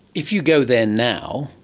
if you go there now,